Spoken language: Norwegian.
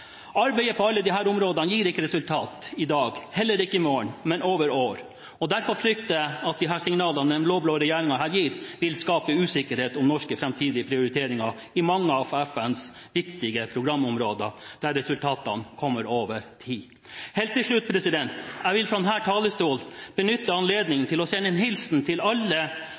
Arbeidet på alle disse områdene gir ikke resultater i dag, heller ikke i morgen, men over år. Derfor frykter jeg at de signalene den blå-blå regjeringen her gir, vil skape usikkerhet om norske framtidige prioriteringer i mange av FNs viktige programområder der resultatene kommer over tid. Helt til slutt: Jeg vil fra denne talerstolen benytte anledningen til å sende en hilsen til alle